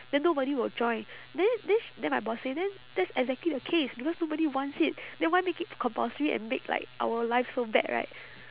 then nobody will join then then sh~ then my boss say then that's exactly the case because nobody wants it then why make it compulsory and make like our life so bad right